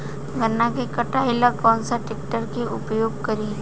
गन्ना के कटाई ला कौन सा ट्रैकटर के उपयोग करी?